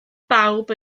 bawb